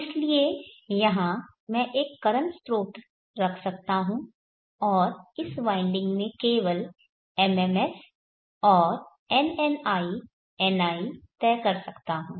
इसलिए यहाँ मैं एक करंट स्रोत रख सकता हूँ और इस वाइंडिंग में केवल MMF और NNI NI तय कर सकता हूँ